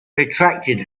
retracted